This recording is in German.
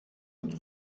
mit